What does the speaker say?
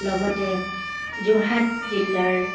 লগতে যোৰহাট জিলাৰ